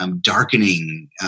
darkening